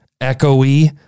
echoey